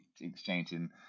exchanging